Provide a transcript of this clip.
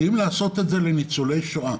יודעים לעשות את זה לניצולי שואה,